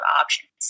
options